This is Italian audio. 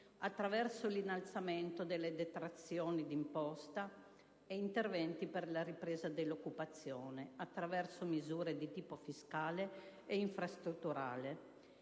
attraverso l'innalzamento delle detrazioni d'imposta, ed interventi per la ripresa dell'occupazione, attraverso misure di tipo fiscale e infrastrutturale.